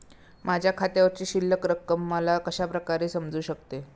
माझ्या खात्यावरची शिल्लक रक्कम मला कशा प्रकारे समजू शकते?